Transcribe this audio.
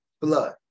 blood